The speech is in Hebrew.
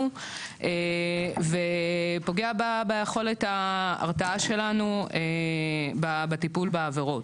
ופוגע ביכולת ההרתעה שלנו בטיפול בעבירות.